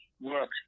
work